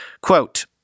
Quote